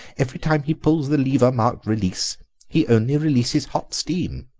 every time he pulls the lever marked release he only releases hot steam.